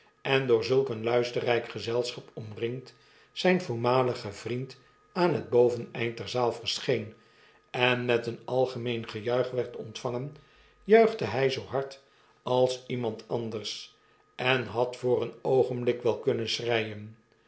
en door zulk een luisterrijk gezelschap omringd zijn voormalige vriend aan het boveneind der zaai verscheen en met een algemeen gejuich werd ontvangen juichte lay zoo hard als iemand anders en had voor een oogenblik wel kunnen schreien